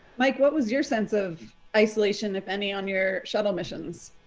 mike, what was your sense of isolation if any, on your shuttle missions?